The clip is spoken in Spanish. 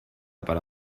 para